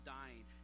dying